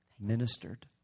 ministered